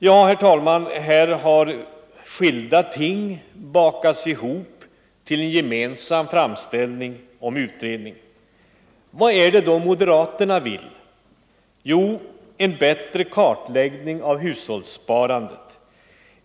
Ja, herr talman, här har skilda ting bakats ihop till en gemensam framställning om utredning. Vad är det då moderaterna vill? De vill ha en bättre kartläggning av hushållssparandet.